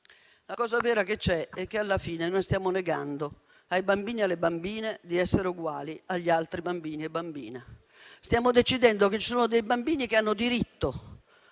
in questi tempi, è che alla fine noi stiamo negando ai bambini e alle bambine di essere uguali agli altri bambini e bambine. Stiamo decidendo che ci sono dei bambini che hanno diritto